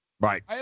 Right